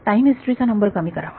time history चा number कमी करावा